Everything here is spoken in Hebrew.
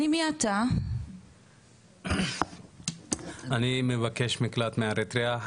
אני מבקש מקלט מאריתריאה.